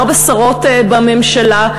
ארבע שרות בממשלה,